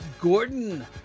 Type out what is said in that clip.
Gordon